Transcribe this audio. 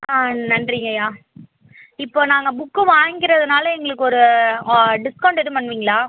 ஆ நன்றிங்கய்யா இப்போது நாங்கள் புக்கு வாங்கிக்கிறதினால எங்களுக்கு ஒரு டிஸ்கவுண்ட் எதுவும் பண்ணுவீங்களா